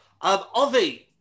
Ovi